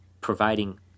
providing